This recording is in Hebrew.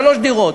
שלוש דירות.